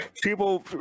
people